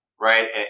right